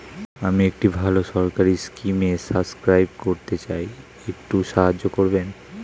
আমি একটি ভালো সরকারি স্কিমে সাব্সক্রাইব করতে চাই, একটু সাহায্য করবেন?